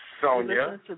Sonia